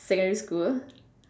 secondary school